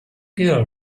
girl